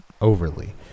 overly